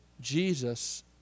Jesus